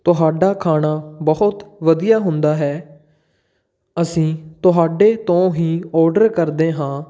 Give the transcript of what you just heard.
ਤੁਹਾਡਾ ਖਾਣਾ ਬਹੁਤ ਵਧੀਆ ਹੁੰਦਾ ਹੈ ਅਸੀਂ ਤੁਹਾਡੇ ਤੋਂ ਹੀ ਔਡਰ ਕਰਦੇ ਹਾਂ